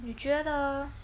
你觉得